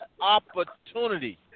opportunity